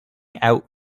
out